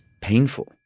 painful